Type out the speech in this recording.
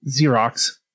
Xerox